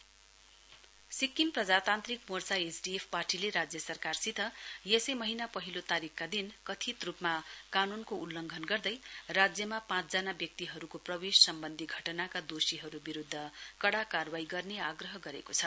SDF Sikkim प्रजातान्त्रिक मोर्चाएसडीएफ पार्टीले राज्य सरकारसित यसै महीना पहिलो तारीक दिन कथित रुपमा कानूनको उल्लघंन गर्दै राज्यमा पाँचजना व्यक्तिहरुको प्रवेश सम्बन्धी घटनाका दोषिहरुविरुध्द कड़ा कारवाई गर्ने आग्रह गरेको छ